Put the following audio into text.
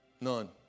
None